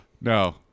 No